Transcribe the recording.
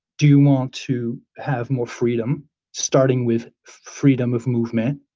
do you want to have more freedom starting with freedom of movement?